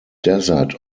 desert